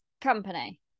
company